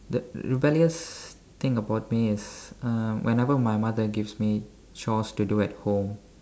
the rebellious thing about me is uh whenever my mother gives me chores to do at home